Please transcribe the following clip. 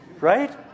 Right